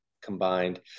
combined